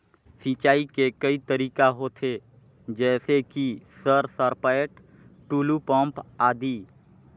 सिंचाई के कई तरीका होथे? जैसे कि सर सरपैट, टुलु पंप, आदि?